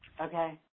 Okay